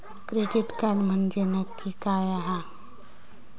Credit card म्हंजे नक्की काय आसा?